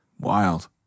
wild